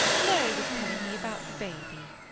mary was telling me about the baby.